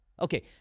Okay